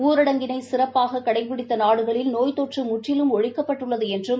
ஊ ரடங்கினை சி ற பப்பாக கடைபிடித்த நாடுகளில் நோய் தொற்று முற்றிலும் ஒழிக்கப்பட்டுள்ளது என்று ம்